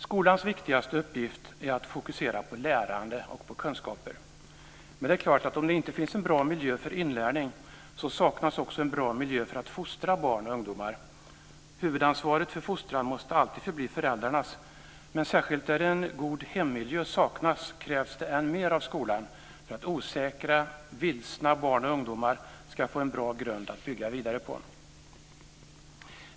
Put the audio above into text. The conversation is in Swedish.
Skolans viktigaste uppgift är att fokusera på lärande och kunskaper. Men det är klart att om det inte finns en bra miljö för inlärning saknas det också en bra miljö för att fostra barn och ungdomar. Huvudansvaret för fostran måste alltid förbli föräldrarnas, men särskilt där en god hemmiljö saknas krävs det än mer av skolan för att osäkra och vilsna barn och ungdomar ska få en bra grund att bygga vidare på.